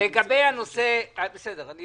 לא ניתן להתנות את הסוגיה שעומדת פה על הפרק,